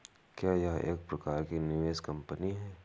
क्या यह एक प्रकार की निवेश कंपनी है?